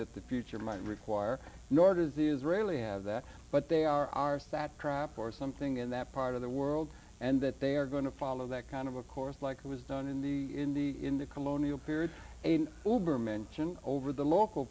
that the future might require nor does the israeli have that but they are ours that trap or something in that part of the world and that they are going to follow that kind of a course like it was done in the in the in the colonial period over mention over the local